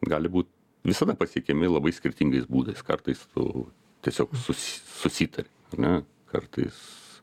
gali būt visada pasiekiami labai skirtingais būdais kartais tu tiesiog susi susitari na kartais